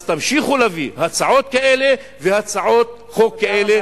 אז תמשיכו להביא הצעות כאלה והצעות חוק כאלה.